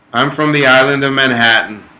i'm from the island of manhattan